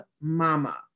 mama